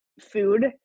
food